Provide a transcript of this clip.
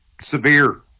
severe